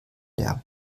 lärm